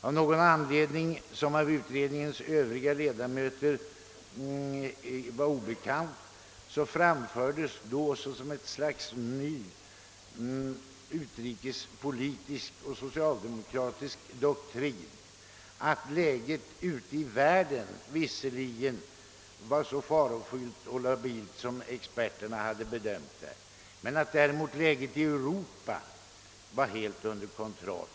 Av någon anledning, som var obekant för utredningens övriga ledamöter, framfördes då som ett slags ny «utrikespolitisk och socialdemokratisk doktrin att läget ute i världen visserligen var så farofyllt och labilt som experterna hade bedömt det men att däremot läget i Europa var helt under kontroll.